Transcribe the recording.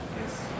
Yes